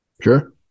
Sure